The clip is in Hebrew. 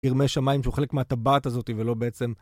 גרמי שמיים שהוא חלק מהטבעת הזאת, ולא בעצם...